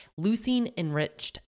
Leucine-enriched